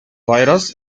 virus